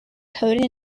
coding